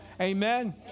Amen